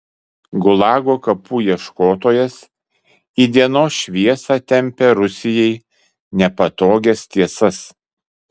gulago kapų ieškotojas į dienos šviesą tempia rusijai nepatogias tiesas